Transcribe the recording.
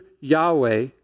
Yahweh